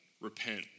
Repent